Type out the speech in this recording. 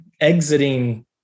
exiting